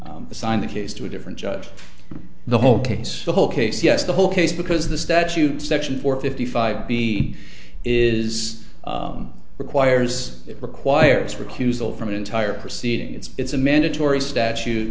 assign the case to a different judge the whole case the whole case yes the whole case because the statute section four fifty five b is requires it requires recusal from an entire proceeding it's a mandatory statute